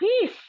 Peace